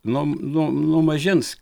nuo nuo nuo mažens